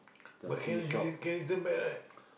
mechanical Mechanism bad right